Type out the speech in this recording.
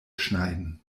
schneiden